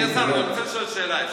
אדוני השר, אני רוצה לשאול שאלה.